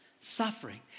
suffering